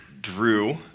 Drew